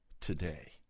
today